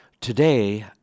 Today